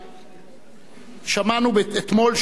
אתמול שמענו בצער רב